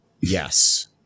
yes